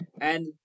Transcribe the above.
And-